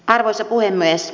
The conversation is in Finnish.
arvoisa puhemies